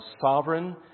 sovereign